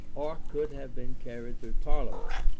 or could have been carried through parliament,